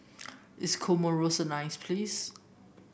is Comoros a nice place